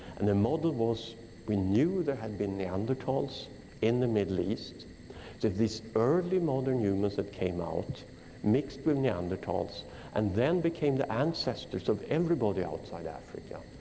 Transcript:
and the model was we knew there had been neanderthals in the middle east. so if this early modern humans that came out mixed with neanderthals and then became the ancestors of everybody outside africa.